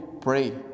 pray